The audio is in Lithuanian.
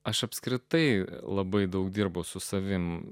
aš apskritai labai daug dirbu su savimi